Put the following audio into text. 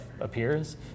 appears